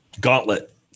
gauntlet